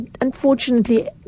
unfortunately